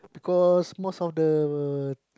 because most of the